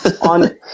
on